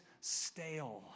stale